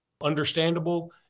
understandable